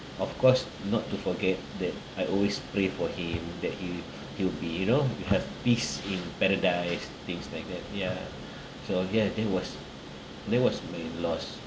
of course not to forget that I always pray for him that he he would be you know to have peace in paradise things like that ya so ya that was that was my lost